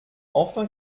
enfin